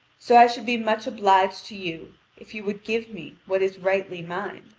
so i should be much obliged to you if you would give me what is rightly mine.